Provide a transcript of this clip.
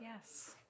Yes